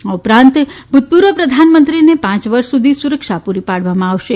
આ ઉપરાંત ભૂતપૂર્વ પ્રધાનમંત્રીને પાંય વર્ષ સુધી સુરક્ષા પુરી પાડવામાં આવશે